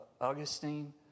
Augustine